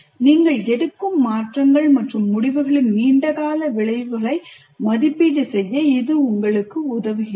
நீங்கள் எடுக்கும் மாற்றங்கள் மற்றும் முடிவுகளின் நீண்ட கால விளைவுகளை மதிப்பீடு செய்ய இது உங்களுக்கு உதவுகிறது